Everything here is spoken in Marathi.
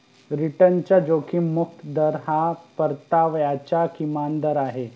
रिटर्नचा जोखीम मुक्त दर हा परताव्याचा किमान दर आहे